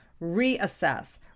reassess